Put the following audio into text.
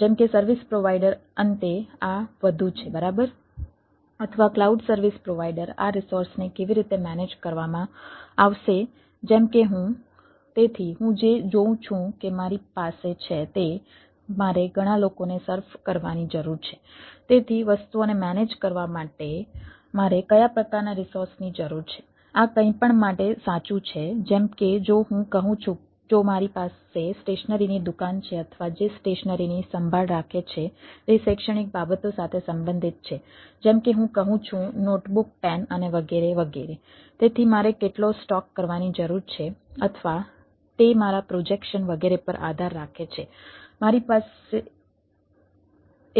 જેમ કે service provider અંતે આ વધુ છે બરાબર અથવા ક્લાઉડ સર્વિસ પ્રોવાઇડર આ રિસોર્સને કેવી રીતે મેનેજ વગેરે પર આધાર રાખે છે મારી